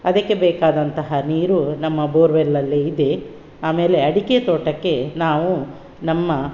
ಅದಕ್ಕೆ ಬೇಕಾದಂತಹ ನೀರು ನಮ್ಮ ಬೋರ್ವೆಲಲ್ಲಿ ಇದೆ ಆಮೇಲೆ ಅಡಿಕೆ ತೋಟಕ್ಕೆ ನಾವು ನಮ್ಮ